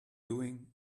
doing